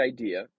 idea